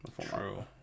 True